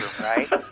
right